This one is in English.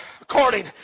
according